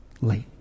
late